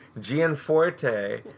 Gianforte